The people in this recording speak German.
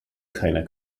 keiner